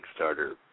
Kickstarter